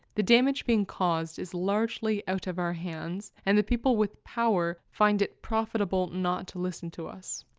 the damage being caused is largely out of our hands and the people with power find it profitable not to listen to us.